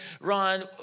Ron